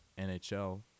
NHL